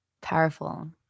Powerful